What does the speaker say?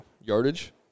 yardage